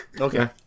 Okay